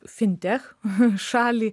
fintech šalį